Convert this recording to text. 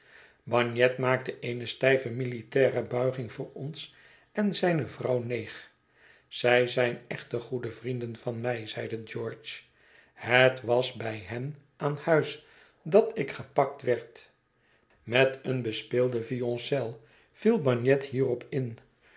bagnet maakte eene stijve militaire buiging voor ons en zijne vrouw neeg zij zijn echte goede vrienden van mij zeide george het was bij hen aan huis dat ik gepakt werd met een bespeelde violoncel viel bagnet hierop in